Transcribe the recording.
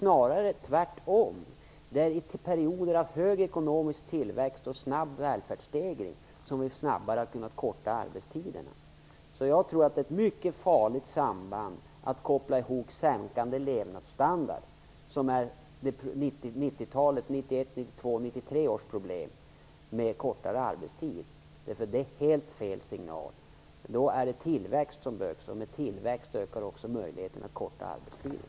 Det är tvärtom i perioder av hög ekonomisk tillväxt och snabb välfärdsstegring som vi snabbare har kunnat förkorta arbetstiderna. Jag tror alltså att det är mycket farligt att koppla ihop sjunkande levnadsstandard, som är 1991, 1992 och 1993 års problem, med en arbetstidsförkortning. Det ger helt fel signal. Det är då tillväxt som behövs, och med en tillväxt ökar också möjligheterna att förkorta arbetstiden.